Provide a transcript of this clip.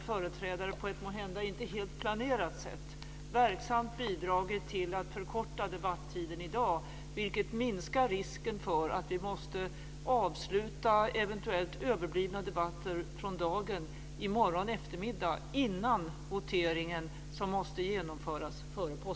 Fru talman!